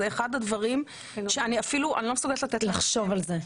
זה אחד הדברים שאני לא מסוגלת לתת להם שם.